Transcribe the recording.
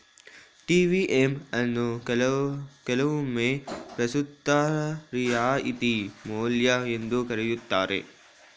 TVM ಅನ್ನು ಕೆಲವೊಮ್ಮೆ ಪ್ರಸ್ತುತ ರಿಯಾಯಿತಿ ಮೌಲ್ಯ ಎಂದು ಕರೆಯುತ್ತಾರೆ